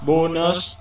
Bonus